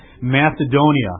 Macedonia